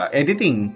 editing